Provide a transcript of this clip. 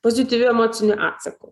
pozityviu emociniu atsaku